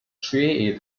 tree